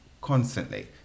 constantly